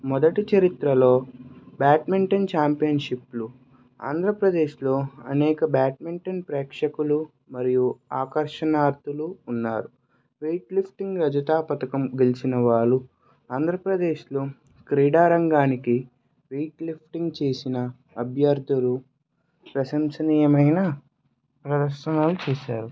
మొదటి చరిత్రలో బ్యాట్మెంటన్ ఛాంపియన్ షిప్లు ఆంధ్రప్రదేశ్లో అనేక బ్యాట్మెంటన్ ప్రేక్షకులు మరియు ఆకర్షణార్ధులు ఉన్నారు వెయిట్లిఫ్టింగ్ రజిత పథకం గెలిచిన వాళ్ళు ఆంధ్రప్రదేశ్లో క్రీడా రంగానికి వెయిట్లిఫ్టింగ్ చేసిన అభ్యర్థులు ప్రశంసనీయమైన ప్రదర్శనలు చేశారు